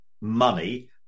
money